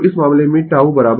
तो इस मामले में τ LRThevenin